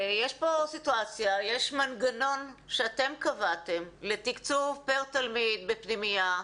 יש מנגנון שאתם קבעתם לתקצוב פר תלמיד בפנימייה,